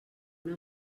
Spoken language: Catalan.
una